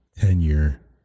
tenure